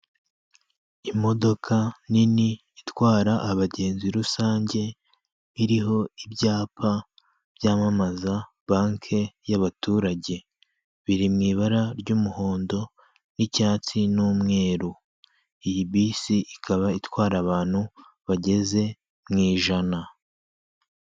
Imodoka nini itwara abagenzi rusange, iriho ibyapa byamamaza banki y'abaturage, biri mu ibara ry'umuhondo, n'icyatsi, n'umweru, iyi bisi ikaba itwara abantu bageze mu ijana.